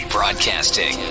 Broadcasting